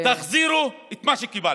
תחזירו את מה שקיבלתם.